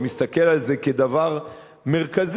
מסתכל על זה כדבר מרכזי,